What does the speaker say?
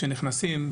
כשנכנסים,